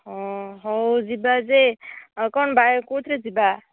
ହେଉ ଯିବା ଯେ ଆଉ କଣ ବାଇ କେଉଁଥିରେ ଯିବା